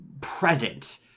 present